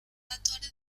actores